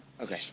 okay